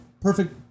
perfect